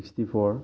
sixty four